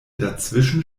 dazwischen